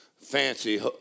fancy